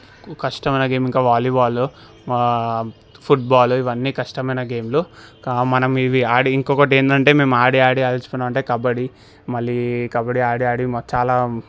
ఎక్కువ కష్టమైన గేమ్ ఇంకా వాలీబాలు ఫుట్బాలు ఇవన్నీ కష్టమైన గేమ్లు ఇంకా మనం ఇవి ఆడి ఇంకొకటి ఏంటంటే మేము ఆడి ఆడి అలసిపోయినాం అంటే కబడ్డీ మళ్ళీ కబడ్డీ ఆడి ఆడి మాకు చాలా